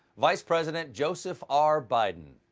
vice president joseph r. biden.